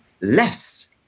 less